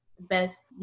best